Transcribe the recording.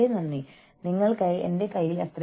കൂട്ടായ വിലപേശലിലൂടെ നിങ്ങൾക്ക് ഇത് ചെയ്യാൻ കഴിയും